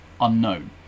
unknown